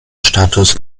status